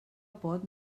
pot